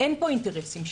אין פה אינטרסים שונים.